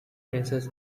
princess